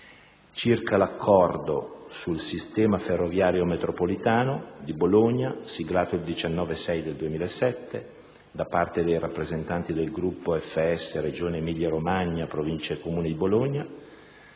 Circa l'accordo sul sistema ferroviario metropolitano di Bologna siglato il 19 giugno del 2007 da parte dei rappresentanti del Gruppo FS, Regione Emilia Romagna, Provincia e Comune di Bologna,